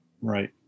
Right